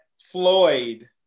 Floyd